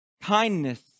Kindness